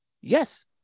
Yes